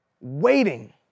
Waiting